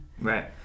Right